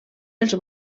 els